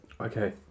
Okay